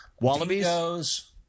wallabies